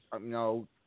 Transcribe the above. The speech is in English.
no